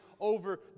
over